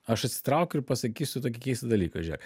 aš atsitraukiu ir pasakysiu tokį keistą dalyką žėk